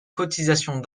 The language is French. cotisations